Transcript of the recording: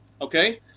Okay